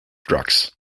drugs